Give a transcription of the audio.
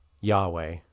Yahweh